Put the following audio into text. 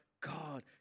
God